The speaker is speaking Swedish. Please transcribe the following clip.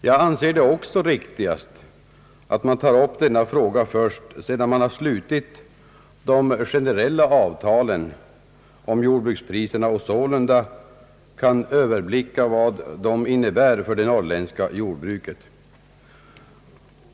Jag anser det också riktigast att man tar upp denna fråga först sedan man slutit de generella avtalen om jordbrukspriserna och sålunda kan överblicka vad de innebär för det norrländska jordbruket.